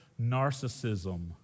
narcissism